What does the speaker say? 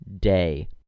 day